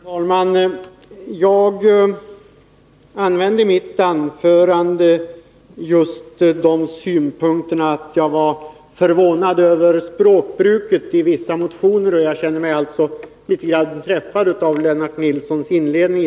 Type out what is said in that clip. Fru talman! Jag sade i mitt anförande att jag var förvånad över språkbruket i vissa motioner och känner mig nu litet träffad av inledningen i Lennart Nilssons anförande.